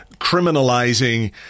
criminalizing